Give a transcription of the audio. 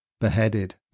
beheaded